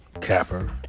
Capper